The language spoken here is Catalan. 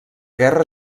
guerra